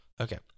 Okay